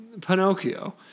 Pinocchio